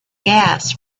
gas